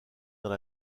dans